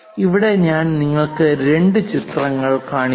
ഇവിടെ ഞാൻ നിങ്ങൾക്ക് രണ്ട് ചിത്രങ്ങൾ കാണിക്കുന്നു